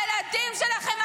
לילדים שלכם,